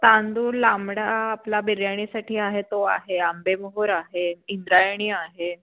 तांदूळ लांबडा आपला बिर्याणीसाठी आहे तो आहे आंबेमोहर आहे इंद्रायणी आहे